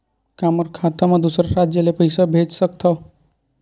का मोर खाता म दूसरा राज्य ले पईसा भेज सकथव?